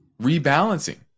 rebalancing